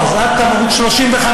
אז עדיין יהיו 250,000. לא.